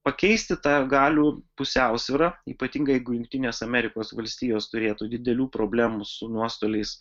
pakeisti tą galių pusiausvyrą ypatingai jeigu jungtinės amerikos valstijos turėtų didelių problemų su nuostoliais